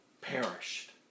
perished